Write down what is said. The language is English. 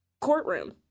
courtroom